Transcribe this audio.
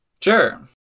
Sure